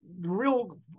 real